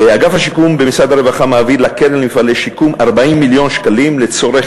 אגף השיקום במשרד הרווחה מעביר לקרן למפעלי שיקום 40 מיליון שקלים לצורך